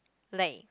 like